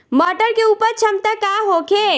मटर के उपज क्षमता का होखे?